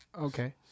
Okay